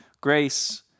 Grace